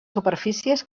superfícies